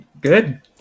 Good